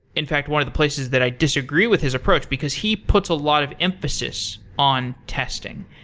in fact, one of the places that i disagree with his approach, because he puts a lot of emphasis on testing.